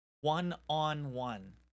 one-on-one